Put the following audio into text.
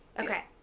Okay